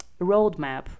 roadmap